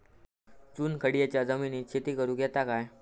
चुनखडीयेच्या जमिनीत शेती करुक येता काय?